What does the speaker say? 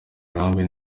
harebwe